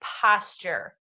posture